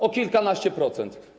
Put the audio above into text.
O kilkanaście procent.